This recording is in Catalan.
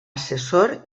assessor